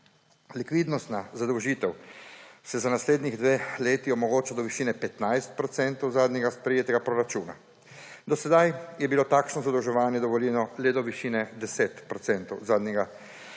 Likvidnostna zadolžitev se za naslednji dve leti omogoča do višine 15 % zadnjega sprejetega proračuna. Do sedaj je bilo takšno zadolževanje dovoljeno le do višine 10 % zadnjega